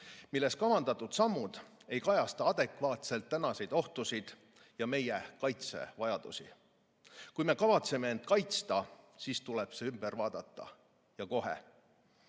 milles kavandatud sammud ei kajasta adekvaatselt tänapäevaseid ohtusid ja meie kaitsevajadusi. Kui me kavatseme end kaitsta, siis tuleb see ümber vaadata ja